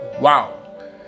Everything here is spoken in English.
Wow